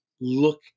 look